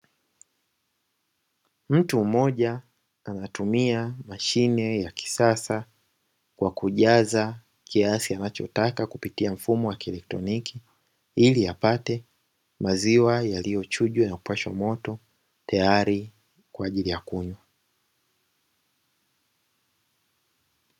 Mtu mmoja anatumia mashine ya kisasa kwa kujaza kiasi anachotaka kupitia mfumo wa kielektroniki, ili apate maziwa yaliyochujwa na kupashwa moto tayari kwa ajili ya kunywa.